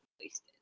wasted